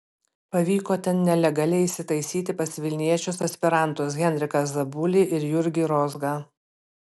pavyko ten nelegaliai įsitaisyti pas vilniečius aspirantus henriką zabulį ir jurgį rozgą